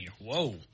Whoa